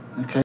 okay